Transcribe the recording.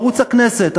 ערוץ הכנסת,